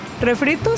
refritos